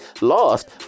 Lost